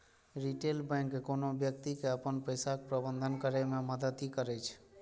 retail bank कोनो व्यक्ति के अपन पैसाक प्रबंधन करै मे मदति करै छै